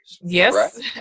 Yes